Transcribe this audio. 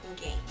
game